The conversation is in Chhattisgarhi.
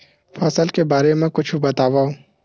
फसल के बारे मा कुछु बतावव